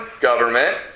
government